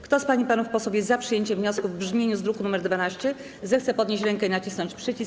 Kto z pań i panów posłów jest za przyjęciem wniosku w brzmieniu z druku nr 12, zechce podnieść rękę i nacisnąć przycisk.